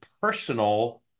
personal